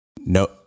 No